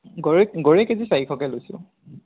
গৰৈ গৰৈৰ কেজি চাৰিশকৈ লৈছোঁ